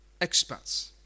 expats